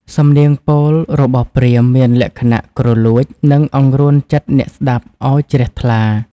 សំនៀងពោលរបស់ព្រាហ្មណ៍មានលក្ខណៈគ្រលួច និងអង្រួនចិត្តអ្នកស្ដាប់ឱ្យជ្រះថ្លា។